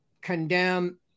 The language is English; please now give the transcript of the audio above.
condemn